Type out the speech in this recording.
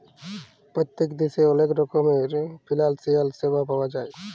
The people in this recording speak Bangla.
পত্তেক দ্যাশে অলেক রকমের ফিলালসিয়াল স্যাবা পাউয়া যায়